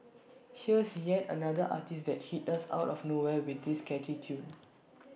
here's yet another artiste that hit us out of nowhere with this catchy tune